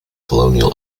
colonial